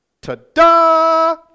Ta-da